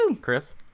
Chris